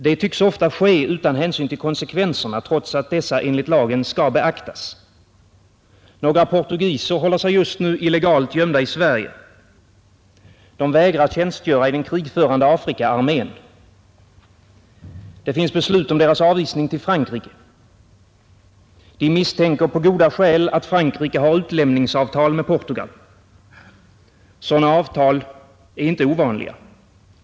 Det tycks ofta ske utan hänsyn till konsekvenserna, trots att dessa enligt lagen skall beaktas. Några portugiser håller sig just nu illegalt gömda i Sverige. De har vägrat tjänstgöra i den krigförande Afrikaarmén. Det finns beslut om deras avvisning till Frankrike. De misstänker på goda skäl att Frankrike har utlämningsavtal med Portugal. Sådana avtal är inte ovanliga.